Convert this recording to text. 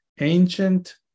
Ancient